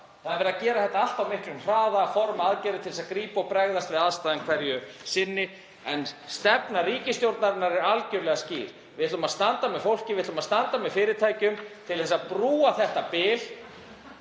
Það er verið að gera þetta allt á miklum hraða, að forma aðgerðir til að grípa inn í og bregðast við aðstæðum hverju sinni. Stefna ríkisstjórnarinnar er algerlega skýr. Við ætlum að standa með fólki, við ætlum að standa með fyrirtækjum til að brúa þetta bil